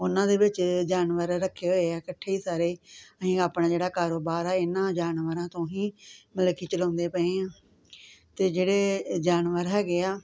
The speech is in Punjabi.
ਉਨ੍ਹਾਂ ਦੇ ਵਿੱਚ ਜਾਨਵਰ ਰੱਖੇ ਹੋਏ ਆ ਇੱਕੱਠੇ ਹੀ ਸਾਰੇ ਅਸੀਂ ਆਪਣਾ ਜਿਹੜਾ ਕਾਰੋਬਾਰ ਆ ਇਨ੍ਹਾਂ ਜਾਨਵਰਾਂ ਤੋਂ ਹੀ ਮਤਲਬ ਕਿ ਚਲਾਉਂਦੇ ਪਏ ਹਾਂ ਅਤੇ ਜਿਹੜੇ ਜਾਨਵਰ ਹੈਗੇ ਆ